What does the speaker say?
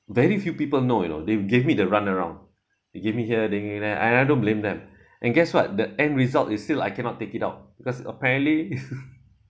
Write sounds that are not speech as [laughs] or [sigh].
very few people know you know they've give me the run around they give me here they give me there and I I don't blame them and guess what the end result is still I cannot take it out because apparently [laughs]